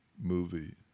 Movie